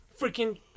Freaking